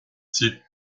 types